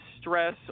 stress